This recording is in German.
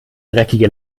dreckige